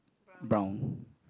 brown